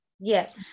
yes